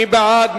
מי בעד?